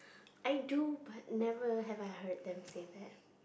I do but never have I heard them say that